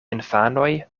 infanoj